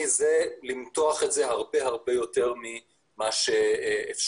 זה למתוח את זה הרבה יותר ממה שאפשר.